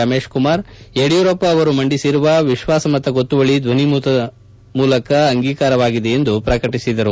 ರಮೇಶ್ ಕುಮಾರ್ ಯಡಿಯೂರಪ್ಪ ಅವರು ಮಂಡಿಸಿರುವ ವಿಶ್ವಾಸಮತ ಗೊತ್ತುವಳ ಧ್ಲನಿಮತದ ಮೂಲಕ ಅಂಗೀಕಾರವಾಗಿದೆ ಎಂದು ಪ್ರಕಟಿಸಿದರು